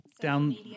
down